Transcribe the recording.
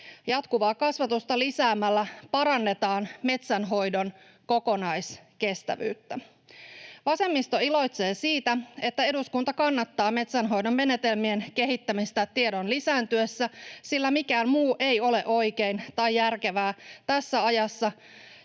Jatkuvaa kasvatusta lisäämällä parannetaan metsänhoidon kokonaiskestävyyttä. Vasemmisto iloitsee siitä, että eduskunta kannattaa metsänhoidon menetelmien kehittämistä tiedon lisääntyessä, sillä mikään muu ei ole oikein tai järkevää tässä ajassa,